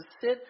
sit